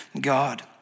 God